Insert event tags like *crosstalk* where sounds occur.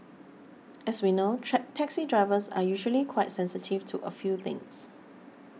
as we know *unintelligible* taxi drivers are usually quite sensitive to a few things